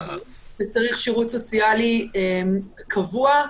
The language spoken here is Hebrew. וצריך שירות סוציאלי קבוע,